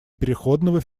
переходного